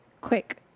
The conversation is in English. Quick